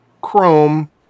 Chrome